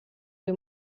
due